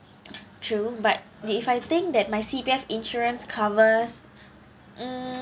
true but if I think that my C_P_F insurance covers mm